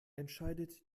entscheidet